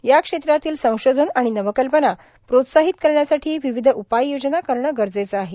या क्षेत्रातील संशोधन र्आण नवकल्पना प्रोत्साहित करण्यासाठी र्वर्ववध उपाययोजना करणे गरजेचे आहे